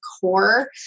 core